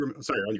sorry